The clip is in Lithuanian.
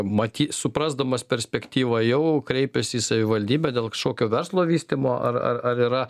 maty suprasdamas perspektyvą jau kreipės į savivaldybę dėl kažkokio verslo vystymo ar ar ar yra